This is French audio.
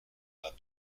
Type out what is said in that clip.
pas